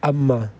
ꯑꯃ